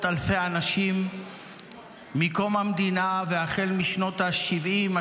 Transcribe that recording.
אלפי אנשים מקום המדינה והחל משנות השבעים,